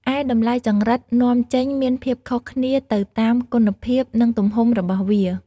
ឯតម្លៃចង្រិតនាំចេញមានភាពខុសគ្នាទៅតាមគុណភាព និងទំហំរបស់វា។